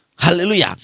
Hallelujah